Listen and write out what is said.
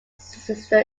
sister